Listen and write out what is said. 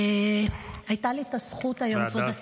וגם הדס.